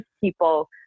people